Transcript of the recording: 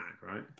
right